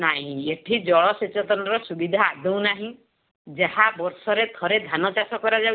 ନାଇ ଏଠି ଜଳ ସଚେତନର ସୁବିଧା ଆଦୌ ନାହିଁ ଯାହା ବର୍ଷରେ ଥରେ ଧାନ ଚାଷ କରାଯାଉଛି